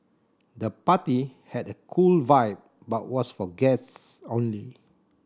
the party had a cool vibe but was for guests only